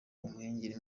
umuhengeri